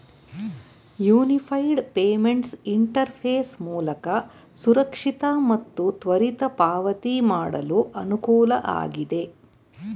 unified payments interface ಮೂಲಕ ಸುರಕ್ಷಿತ ಮತ್ತು ತ್ವರಿತ ಪಾವತಿ ಮಾಡಲು ಅನುಕೂಲ ಆಗಿದೆ